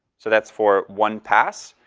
so that's for one pass.